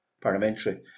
parliamentary